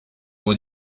pour